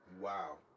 Wow